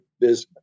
business